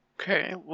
Okay